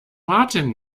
martin